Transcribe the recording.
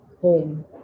home